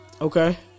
Okay